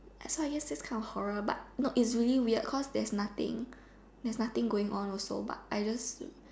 so I guess that's kind of horror but it's really weird cause there's really nothing nothing going on also but I just